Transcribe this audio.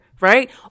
right